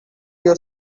your